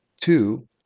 Two